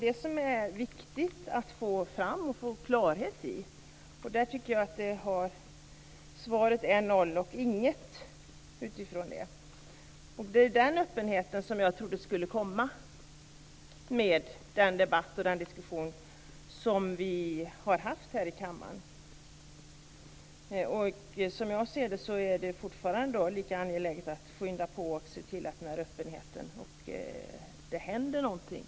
Det är viktigt att få klarhet i det. Jag tycker i det fallet att svaret är noll och inget. Jag trodde att den här öppenheten skulle komma i och med den debatt och den diskussion som vi har haft här i kammaren. Som jag ser det är det fortfarande lika angeläget att skynda på, se till att det blir den här öppenheten och att det händer någonting.